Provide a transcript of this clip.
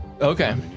Okay